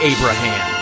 Abraham